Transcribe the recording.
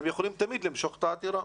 הם יכולים תמיד למשוך את העתירה.